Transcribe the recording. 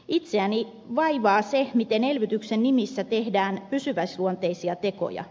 itseäni vaivaa se miten elvytyksen nimissä tehdään pysyväisluonteisia tekoja